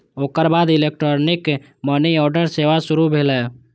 ओकर बाद electronic money order सेवा शुरू भेलै